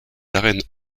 arènes